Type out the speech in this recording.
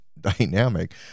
dynamic